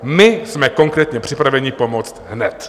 My jsme konkrétně připraveni pomoct hned.